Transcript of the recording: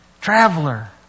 traveler